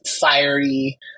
fiery